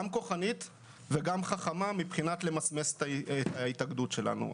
כוחנית וגם חכמה כדי למסמס את ההתאגדות שלנו,